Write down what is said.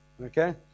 Okay